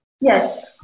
Yes